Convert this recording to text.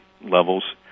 levels